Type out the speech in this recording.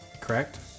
correct